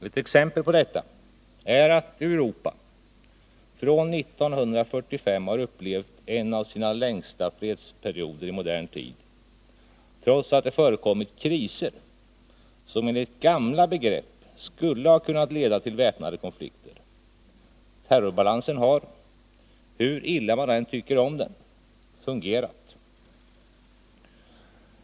Ett exempel på detta är att Europa från 1945 har upplevt en av sina längsta fredsperioder i modern tid, trots att det förekommit kriser som enligt gamla begrepp skulle ha kunnat leda till väpnade konflikter. Terrorbalansen har, hur illa man än tycker om den, fungerat.